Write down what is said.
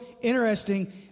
interesting